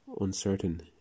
uncertain